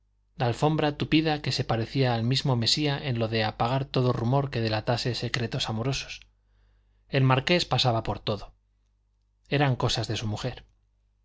la alfombra tupida que se parecía al mismo mesía en lo de apagar todo rumor que delatase secretos amorosos el marqués pasaba por todo eran cosas de su mujer